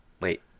Wait